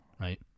Right